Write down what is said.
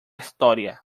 historia